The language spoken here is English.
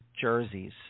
jerseys